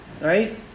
right